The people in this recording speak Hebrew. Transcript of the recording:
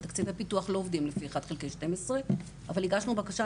תקציבי פיתוח לא עובדים לפי 1/12. אבל הגשנו בקשה,